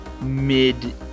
mid